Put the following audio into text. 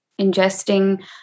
Ingesting